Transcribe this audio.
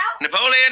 Napoleon